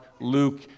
Luke